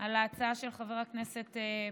על ההצעה של חבר הכנסת פרוש.